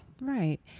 Right